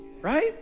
right